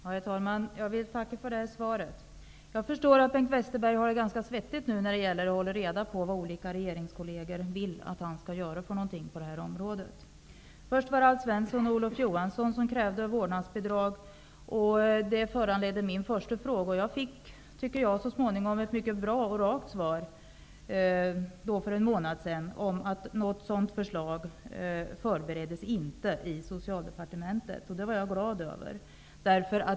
Herr talman! Jag vill tacka för svaret. Jag förstår att Bengt Westerberg har det ganska svettigt just nu när det gäller att hålla reda på vad olika regeringskolleger vill att han skall göra på området. Först var det Alf Svensson och Olof Johansson som krävde vårdnadsbidrag. Det föranledde min första fråga. Jag fick så småningom ett mycket bra och rakt svar för en månad sedan. Något sådant förslag förbereddes inte i Socialdepartementet, och det var jag glad över.